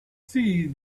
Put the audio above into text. see